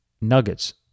Nuggets